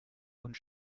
und